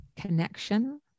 connection